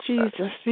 Jesus